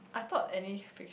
I thought any fict~